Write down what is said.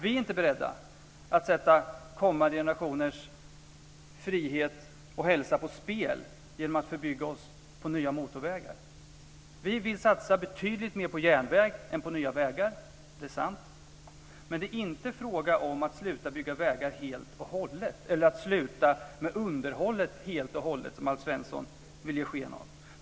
Vi är inte beredda att sätta kommande generationers frihet och hälsa på spel genom att förbygga oss på nya motorvägar. Vi vill satsa betydligt mer på järnväg än på nya vägar; det är sant. Men det är inte fråga om att sluta bygga vägar helt och hållet eller att sluta med underhållet helt och hållet, som Alf Svensson vill ge sken av.